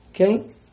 Okay